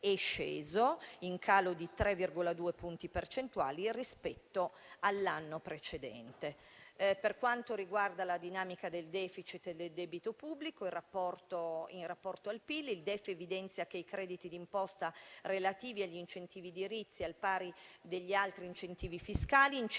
in calo di 3,2 punti percentuali rispetto all'anno precedente. Per quanto riguarda la dinamica del *deficit* e del debito pubblico in rapporto al PIL, il DEF evidenzia che i crediti d'imposta relativi agli incentivi edilizi, al pari degli altri incentivi fiscali, incidono